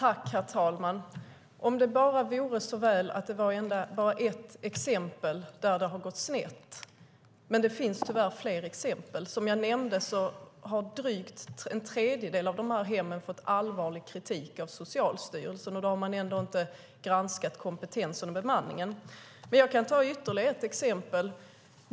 Herr talman! Om det vore så väl att det bara fanns ett exempel där det har gått snett, men tyvärr finns det fler. Som jag nämnde har drygt en tredjedel av hemmen fått allvarlig kritik av Socialstyrelsen, och då har man ändå inte granskat kompetens och bemanning. Låt mig ta ytterligare ett exempel.